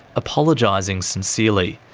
apologising sincerely.